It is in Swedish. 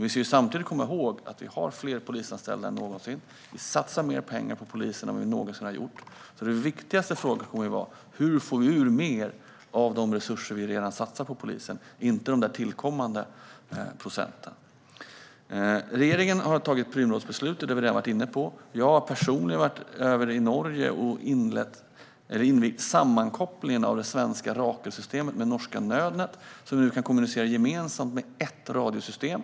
Vi ska samtidigt komma ihåg att vi har fler polisanställda än någonsin och att vi satsar mer pengar på polisen än vad vi någonsin har gjort. Den viktigaste frågan kommer inte att vara de tillkommande procenten utan hur vi kan få ut mer av de resurser som vi redan satsar på polisen. Regeringen har tagit ett Prümrådsbeslut, vilket vi redan har varit inne på. Jag har personligen varit i Norge och invigt sammankopplingen av det svenska Rakelsystemet med norska Nødnet så att vi nu kan kommunicera gemensamt med ett radiosystem.